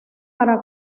para